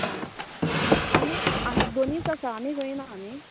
हां आनीक आनीक दोनीच आसा आनी खंय ना न्ही